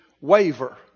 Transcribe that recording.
waver